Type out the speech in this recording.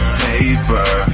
paper